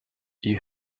you